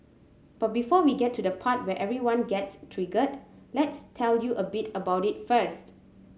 but before we get to the part where everyone gets triggered let's tell you a bit about it first